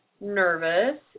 nervous